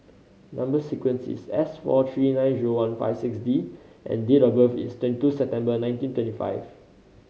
number sequence is S four three nine zero one five six D and date of birth is twenty two September nineteen twenty five